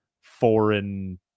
foreign